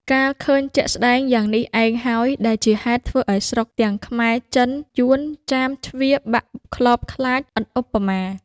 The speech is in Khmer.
កាលឃើញជាក់ស្ដែងយ៉ាងនេះឯងហើយ ដែលជាហេតុធ្វើឲ្យស្រុកទាំងខ្មែរ ចិន យួន ចាម ជ្វា បាក់ខ្លបខ្លាចឥតឧបមា ។